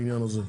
בעניין הזה.